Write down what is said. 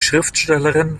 schriftstellerin